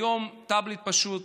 היום טאבלט פשוט